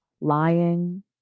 lying